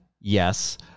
Yes